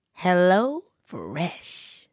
HelloFresh